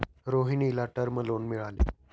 रोहिणीला term loan मिळाले